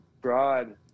broad